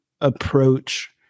approach